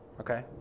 okay